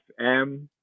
fm